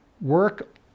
Work